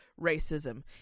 racism